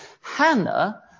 Hannah